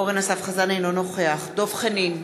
אינו נוכח דב חנין,